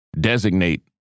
designate